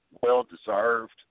well-deserved